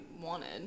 wanted